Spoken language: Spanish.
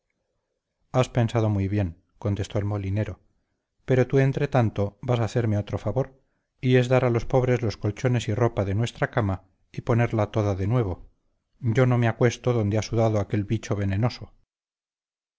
has pensado muy bien contestó el molinero pero tú entretanto vas a hacerme otro favor y es dar a los pobres los colchones y ropa de nuestra cama y ponerla toda de nuevo yo no me acuesto donde ha sudado aquel bicho venenoso